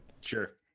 Sure